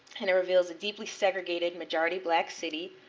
and it reveals a deeply segregated majority black city.